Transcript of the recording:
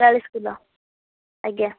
ଚାଳିଶ କିଲୋ ଆଜ୍ଞା